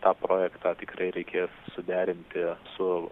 tą projektą tikrai reikės suderinti su